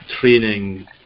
training